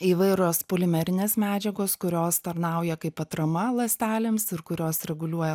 įvairios polimerinės medžiagos kurios tarnauja kaip atrama ląstelėms ir kurios reguliuoja